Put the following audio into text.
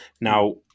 Now